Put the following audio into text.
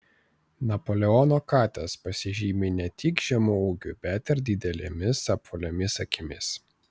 napoleono katės pasižymi ne tik žemu ūgiu bet ir didelėmis apvaliomis akimis